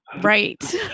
Right